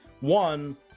one